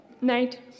night